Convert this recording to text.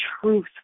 truth